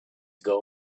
ago